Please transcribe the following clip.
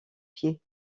pieds